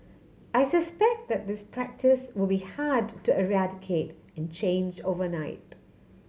I suspect that this practice will be hard to eradicate and change overnight